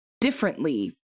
differently